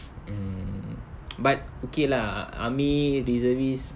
mm but okay lah army reservist